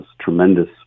tremendous